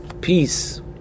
peace